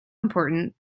important